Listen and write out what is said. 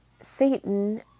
Satan